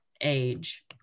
age